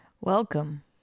welcome